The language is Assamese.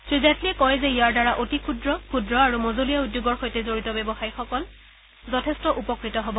শ্ৰীজেটলীয়ে কয় যে ইয়াৰ দ্বাৰা অতি ক্ষুদ্ৰ ক্ষুদ্ৰ আৰু মজলীয়া উদ্যোগৰ সৈতে জড়িত ব্যৱসায়ীসকলে যথেষ্ট সকাহ পাব